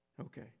Okay